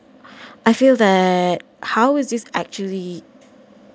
I feel that how is this actually